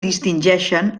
distingeixen